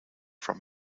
from